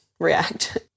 React